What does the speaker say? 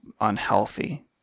unhealthy